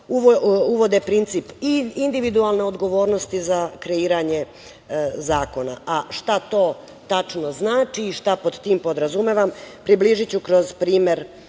uvode princip i individualne odgovornosti za kreiranje zakona. Šta to tačno znači i šta pod tim podrazumevam, približiću vam kroz primer